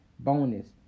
Bonus